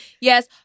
Yes